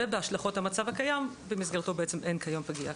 ובהשלכות המצב הקיים במסגרתו אין כיום פגייה,